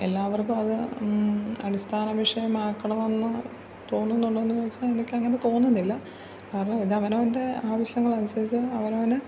എല്ലാവർക്കും അത് അടിസ്ഥാന വിഷയമാക്കണം എന്ന് തോന്നുന്നുണ്ടോ എന്ന് ചോദിച്ചാൽ എനിക്ക് അങ്ങനെ തോന്നുന്നില്ല കാരണം ഇത് അവനവൻ്റെ ആവശ്യങ്ങൾ അനുസരിച്ച് അവനവന്